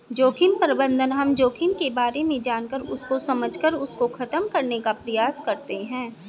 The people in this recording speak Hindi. जोखिम प्रबंधन हम जोखिम के बारे में जानकर उसको समझकर उसको खत्म करने का प्रयास करते हैं